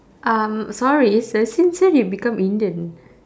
um sorry sir since when you become indian